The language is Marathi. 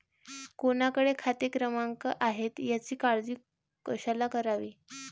कोणाकडे खाते क्रमांक आहेत याची काळजी कशाला करावी